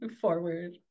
forward